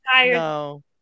No